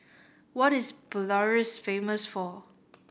what is Belarus famous for